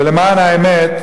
ולמען האמת,